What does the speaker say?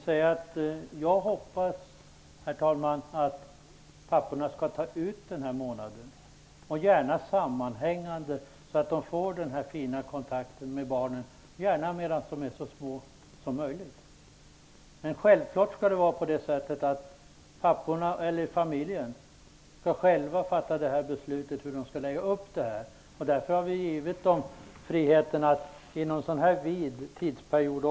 Herr talman! Jag hoppas att papporna skall ta ut den här månaden och gärna sammanhängande, så att de får den här fina kontakten med barnen, gärna medan barnet är så litet som möjligt. Men självklart skall familjen själv fatta beslutet om hur de skall lägga upp det här. Därför har vi också givit dem friheten att lösa det inom en mycket vid tidsperiod.